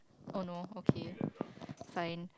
oh no okay fine